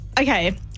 Okay